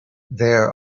there